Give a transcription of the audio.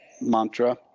mantra